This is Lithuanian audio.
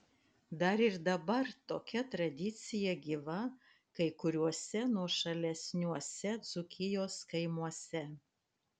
dar ir dabar tokia tradicija gyva kai kuriuose nuošalesniuose dzūkijos kaimuose